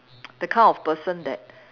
the kind of person that